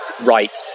right